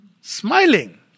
Smiling